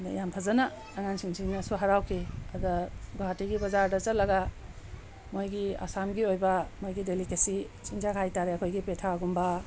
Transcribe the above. ꯑꯗ ꯌꯥꯝ ꯐꯖꯅ ꯑꯉꯥꯡꯁꯤꯡꯁꯤꯅꯁꯨ ꯍꯔꯥꯎꯈꯤ ꯑꯗ ꯒꯨꯍꯥꯇꯤꯒꯤ ꯕꯖꯥꯔꯗ ꯆꯠꯂꯒ ꯃꯣꯏꯒꯤ ꯑꯁꯥꯝꯒꯤ ꯑꯣꯏꯕ ꯃꯣꯏꯒꯤ ꯗꯦꯂꯤꯀꯦꯁꯤ ꯆꯤꯟꯖꯥꯛ ꯍꯥꯏꯇꯥꯔꯦ ꯑꯩꯈꯣꯏꯒꯤ ꯄꯦꯊꯥꯒꯨꯝꯕ